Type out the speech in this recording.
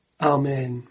Amen